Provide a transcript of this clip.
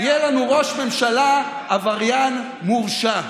יהיה לנו ראש ממשלה עבריין מורשע.